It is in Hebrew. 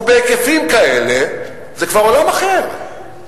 ובהיקפים כאלה, זה כבר עולם אחר.